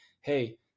Hey